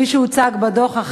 כפי שהוצג בדוח,